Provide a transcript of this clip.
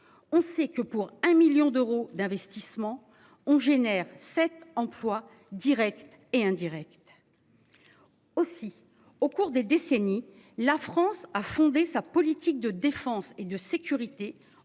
On sait que pour un million d'euros d'investissements. On génère sept emplois Directs et indirects. Aussi au cours des décennies, la France a fondé sa politique de défense et de sécurité